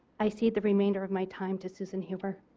i cede the remainder of my time to susan hubert.